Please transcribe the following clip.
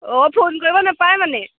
অ' phone কৰিব নেপায় মানে